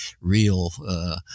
real